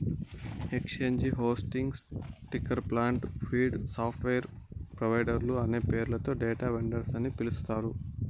exchange hosting, ticker plant, feed, software ప్రొవైడర్లు అనే పేర్లతో డేటా వెండర్స్ ని పిలుస్తారు